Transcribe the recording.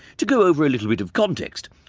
to go over a little bit of context,